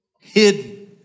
hidden